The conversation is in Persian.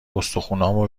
استخونامو